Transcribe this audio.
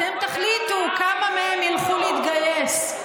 אתם תחליטו כמה מהם ילכו להתגייס,